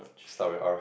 start with R